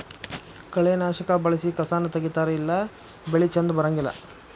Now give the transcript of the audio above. ಕಳೆನಾಶಕಾ ಬಳಸಿ ಕಸಾನ ತಗಿತಾರ ಇಲ್ಲಾ ಬೆಳಿ ಚಂದ ಬರಂಗಿಲ್ಲಾ